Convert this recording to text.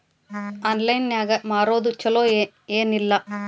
Online ನಾಗ್ ಮಾರೋದು ಛಲೋ ಏನ್ ಇಲ್ಲ?